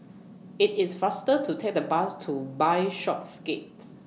IT IS faster to Take The Bus to Bishopsgate